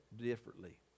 differently